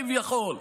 כביכול,